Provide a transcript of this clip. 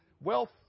wealth